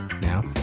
Now